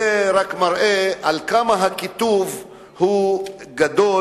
זה רק מראה עד כמה הקיטוב הוא גדול